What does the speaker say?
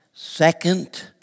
Second